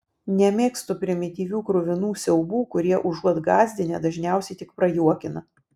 nemėgstu primityvių kruvinų siaubų kurie užuot gąsdinę dažniausiai tik prajuokina